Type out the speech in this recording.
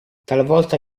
talvolta